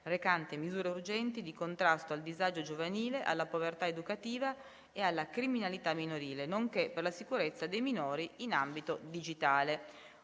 recante misure urgenti di contrasto al disagio giovanile, alla povertà educativa e alla criminalità minorile, nonché per la sicurezza dei minori in ambito digitale»